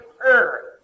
earth